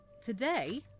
today